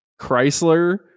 chrysler